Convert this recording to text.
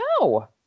No